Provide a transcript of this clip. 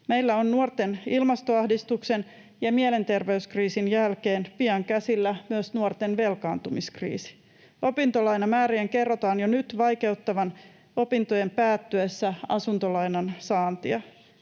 Meillä on nuorten ilmastoahdistuksen ja mielenterveyskriisin jälkeen pian käsillä myös nuorten velkaantumiskriisi. Opintolainamäärien kerrotaan jo nyt vaikeuttavan opintojen päättyessä asuntolainan saantia.